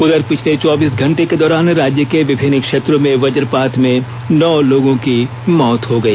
उधर पिछले चौबीस घंटे के दौरान राज्य के विभिन्न क्षेत्रों में वजपात में नौ लोगों की मौत हो गई